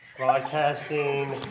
Broadcasting